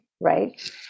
right